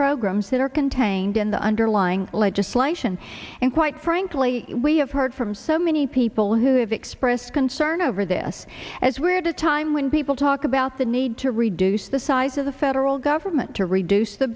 programs that are contained in the underlying legislation and quite frankly we have heard from so many people who have expressed concern over this as we're at a time when people talk about the need to reduce the size of the federal government to reduce the